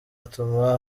atuma